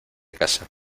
casa